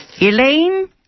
Elaine